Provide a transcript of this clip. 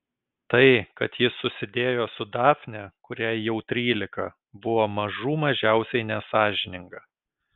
tai kad ji susidėjo su dafne kuriai jau trylika buvo mažų mažiausiai nesąžininga